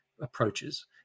approaches